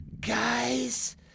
guys